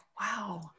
wow